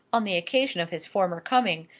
on the occasion of his former coming,